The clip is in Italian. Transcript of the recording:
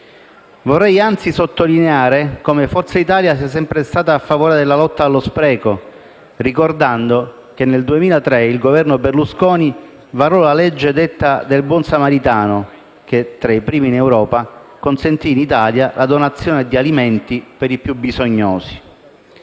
Vorrei anzi sottolineare come Forza Italia sia sempre stata a favore della lotta allo spreco, ricordando che nel 2003 il Governo Berlusconi varò la legge detta del buon samaritano che, tra le prime in Europa, consentì in Italia la donazione di alimenti per i più bisognosi.